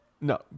No